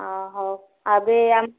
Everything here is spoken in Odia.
ହଉ ଏବେ ଆମ